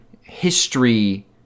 history